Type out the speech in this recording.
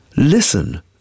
Listen